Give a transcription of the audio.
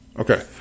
okay